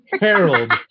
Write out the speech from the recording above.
Harold